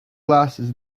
glasses